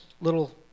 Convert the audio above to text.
little